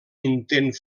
intent